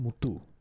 Mutu